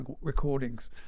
Recordings